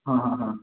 हां हां हां